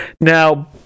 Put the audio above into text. Now